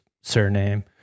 surname